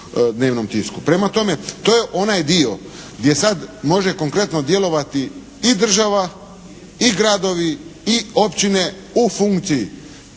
dnevnom tisku. Prema tome, to je onaj dio gdje sad može konkretno djelovati i država i gradovi i općine u funkciji